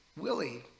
Willie